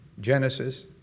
Genesis